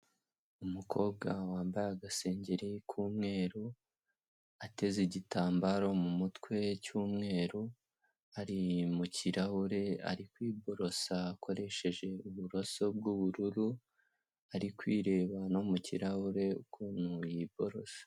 Umukobwa wambaye agasengeri k'umweru, ateze igitambaro mu mutwe cy'umweru, ari mu kirahure ari kwiborosa akoresheje uburoso bw'ubururu, ari kwireba no mu kirahure ukuntu yiborosa.